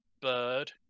bird